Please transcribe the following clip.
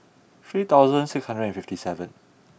three thousand six hundred and fifty seven